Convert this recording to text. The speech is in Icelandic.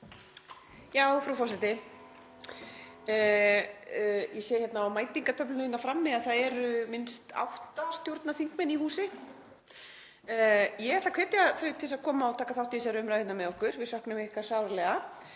Frú forseti. Ég sé á mætingartöflunni hérna frammi að það eru minnst átta stjórnarþingmenn í húsi. Ég ætla að hvetja þau til þess að koma og taka þátt í þessari umræðu með okkur, við söknum ykkar sárlega.